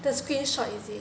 the screenshot is it